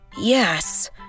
yes